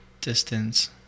distance